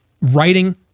writing